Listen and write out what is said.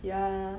yeah